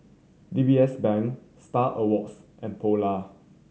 D B S Bank Star Awards and Polar